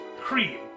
cream